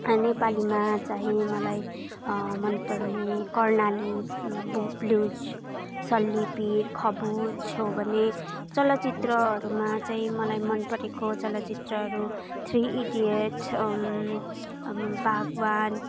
नेपालीमा चाहिँ मलाई मन पर्ने कर्णाली ब्लुज सल्लिपी खबुज हो भने चलचित्रहरूमा चाहिँ मलाई मन परेको चलचित्रहरू थ्री इडियटस् बागवान्